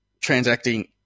transacting